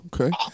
okay